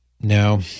Now